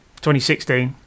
2016